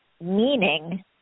meaning